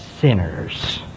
sinners